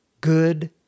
good